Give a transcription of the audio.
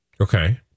Okay